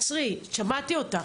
שמעתי אותך.